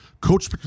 Coach